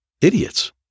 idiots